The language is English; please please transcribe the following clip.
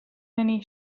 many